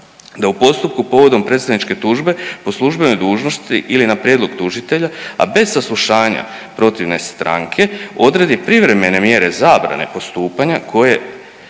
da u postupku povodom predstavničke tužbe po službenoj dužnosti ili na prijedlog tužitelja, a bez saslušanja protivne stranke odredi privremene mjere zabrane postupanja koje